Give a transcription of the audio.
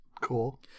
Cool